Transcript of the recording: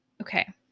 Okay